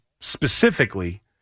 specifically